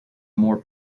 more